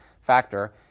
factor